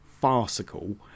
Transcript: farcical